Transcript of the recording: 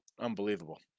unbelievable